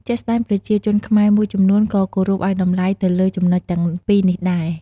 ជាក់ស្ដែង ប្រជាជនខ្មែរមួយចំនួនក៏គោរពឱ្យតម្លៃទៅលើចំណុចទាំងពីរនេះដែរ។